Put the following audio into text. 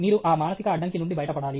మీరు ఆ మానసిక అడ్డంకి నుండి బయటపడాలి